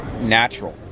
natural